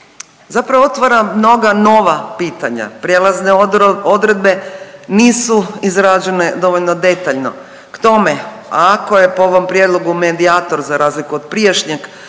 zapravo otvara mnoga nova pitanja, prijelazne odredbe nisu izrađene dovoljno detaljno, k tome ako je po ovom prijedlogu medijator za razliku od prijašnjeg